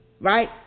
right